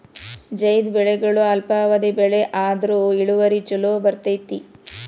ಝೈದ್ ಬೆಳೆಗಳು ಅಲ್ಪಾವಧಿ ಬೆಳೆ ಆದ್ರು ಇಳುವರಿ ಚುಲೋ ಬರ್ತೈತಿ